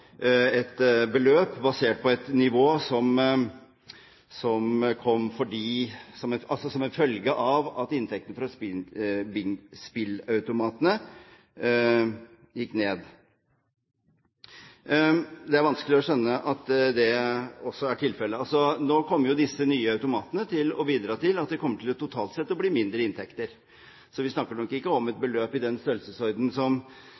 et beløp basert på et nivå som kom som følge av at inntektene fra spilleautomatene gikk ned. Det er vanskelig å skjønne at det er tilfellet. Nå kommer disse nye automatene til å bidra til at det totalt sett kommer til å bli mindre inntekter. Vi snakker nok ikke om et